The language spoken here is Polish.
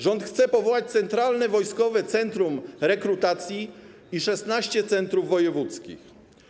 Rząd chce powołać Centralne Wojskowe Centrum Rekrutacji i 16 centrów wojewódzkich.